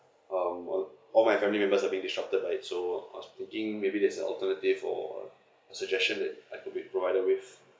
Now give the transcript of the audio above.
um all all my family members are being disrupted by it so I was thinking maybe there's uh alternative or suggestions I can be provided with